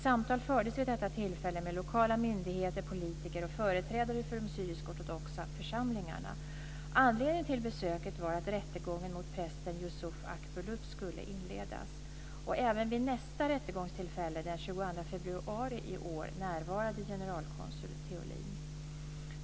Samtal fördes vid detta tillfälle med lokala myndigheter, politiker och företrädare för de syriskortodoxa församlingarna. Anledningen till besöket var att rättegången mot prästen Yusuf Akbulut skulle inledas. Även vid nästa rättegångstillfälle den 22 februari i år närvarade generalkonsul Theolin.